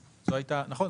נכון,